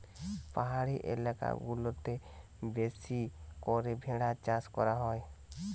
পাহাড়ি এলাকা গুলাতে বেশি করে ভেড়ার চাষ করা হয়